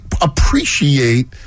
appreciate